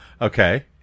Okay